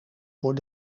voor